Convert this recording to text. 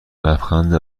لبخندی